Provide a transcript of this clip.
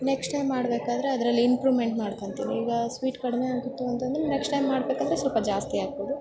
next time ಮಾಡಬೇಕಾದ್ರೆ ಅದ್ರಲ್ಲಿ improvement ಮಾಡ್ಕೋತಿನಿ ಈಗ ಸ್ವೀಟ್ ಕಡಿಮೆಯಾಗಿತ್ತು ಅಂತಂದರೆ ನೆಕ್ಸ್ಟ್ ಟೈಮ್ ಮಾಡಬೇಕಂದ್ರೆ ಸ್ವಲ್ಪ ಜಾಸ್ತಿ ಹಾಕೋದು